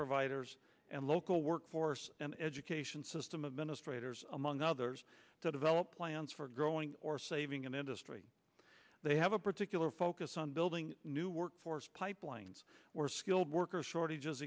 providers and local workforce and education system administrators among others to develop plans for growing or saving an industry they have a particular focus on building new workforce pipelines skilled workers shortages